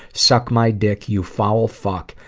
suck my dick, you foul fuck.